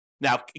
Now